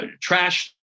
trash